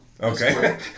Okay